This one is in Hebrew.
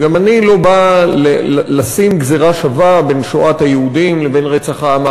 וגם אני לא בא לשים גזירה שווה בין שואת היהודים לבין רצח העם